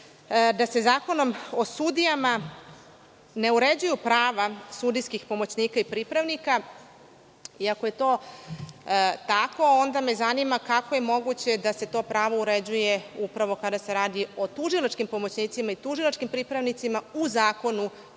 da se Zakonom o sudijama ne uređuju prava sudijskih pomoćnika i pripravnika, iako je to tako, onda me zanima kako je moguće da se to pravo uređuje upravo kada se radi o tužilačkim pomoćnicima i tužilačkim pripravnicima u Zakonu